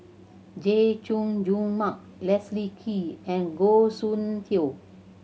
Chay Jung Jun Mark Leslie Kee and Goh Soon Tioe